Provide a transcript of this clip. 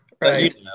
right